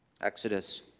Exodus